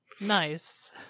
Nice